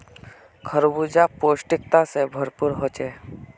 खरबूजा पौष्टिकता से भरपूर होछे